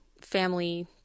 family